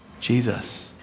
Jesus